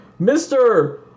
Mr